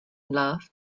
laughed